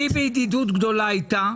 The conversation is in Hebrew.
אני בידידות גדולה איתה,